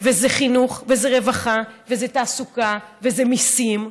וזה חינוך וזה רווחה וזה תעסוקה וזה מיסים,